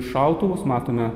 šautuvus matome